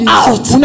out